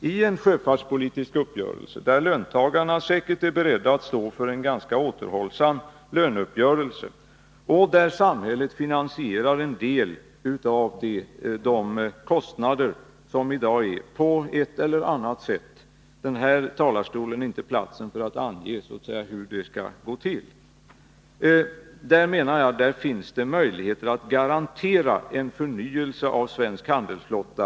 Ien sjöfartspolitisk uppgörelse, där löntagarna säkert är beredda att stå för en ganska återhållsam löneuppgörelse och där samhället finansierar en del av de kostnader som i dag på ett eller annat sätt måste täckas — det är inte rätta platsen att från denna talarstol ange hur det skall gå till — finns det enligt min mening möjligheter att garantera en förnyelse av svensk handelsflotta.